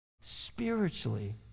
Spiritually